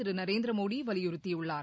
திரு நரேந்திரமோடி வலியுறுத்தியுள்ளார்